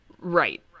Right